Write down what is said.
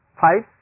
Five